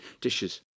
dishes